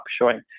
showing